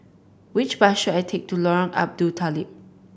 which bus should I take to Lorong Abu Talib